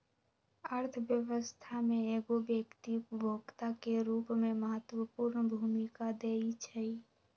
अर्थव्यवस्था में एगो व्यक्ति उपभोक्ता के रूप में महत्वपूर्ण भूमिका दैइ छइ